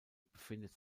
befindet